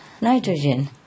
nitrogen